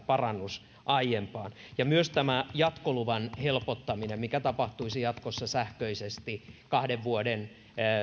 parannus aiempaan myös tämä jatkoluvan helpottaminen mikä tapahtuisi jatkossa sähköisesti kahden vuoden